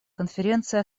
конференция